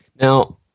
Now